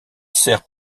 sert